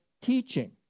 teaching